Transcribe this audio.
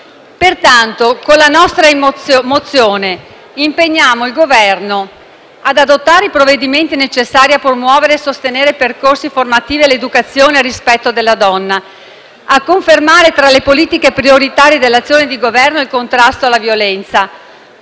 recidiva. Con la nostra mozione, impegniamo pertanto il Governo a fare quanto segue: adottare i provvedimenti necessari a promuovere e sostenere percorsi formativi all'educazione e al rispetto della donna; confermare, tra le politiche prioritarie dell'azione di Governo, il contrasto alla violenza;